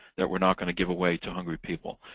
that we're not going to give away to hungry people.